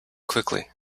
quickly